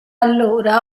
allora